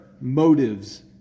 motives